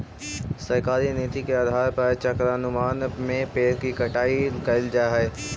सरकारी नीति के आधार पर चक्रानुक्रम में पेड़ के कटाई कैल जा हई